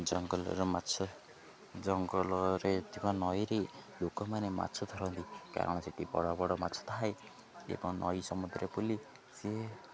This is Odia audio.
ଜଙ୍ଗଲର ମାଛ ଜଙ୍ଗଲରେ ଥିବା ନଈରେ ଲୋକମାନେ ମାଛ ଧରନ୍ତି କାରଣ ସେଠି ବଡ଼ ବଡ଼ ମାଛ ଥାଏ ଏବଂ ନଈ ସମୁଦରେ ବୁଲି ସିଏ